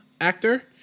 actor